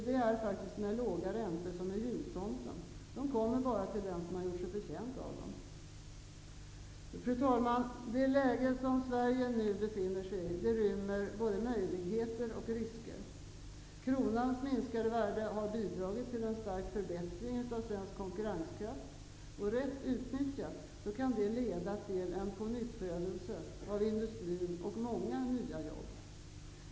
Det är faktiskt med låga räntor som med jultomten: de kommer bara till den som har gjort sig förtjänt av dem. Fru talman! Det läge som Sverige nu befinner sig i rymmer både möjligheter och risker. Kronans minskade värde har bidragit till en stark förbättring av svensk konkurrenskraft. Rätt utnyttjat kan det leda till en pånyttfödelse av industrin och många nya jobb.